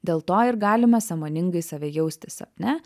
dėl to ir galime sąmoningai save jausti sapne